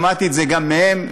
שמעתי את זה גם מהם.